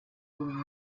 over